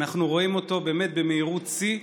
אנחנו רואים אותו באמת במהירות שיא.